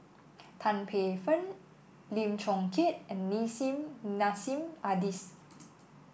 Tan Paey Fern Lim Chong Keat and Nissim Nassim Adis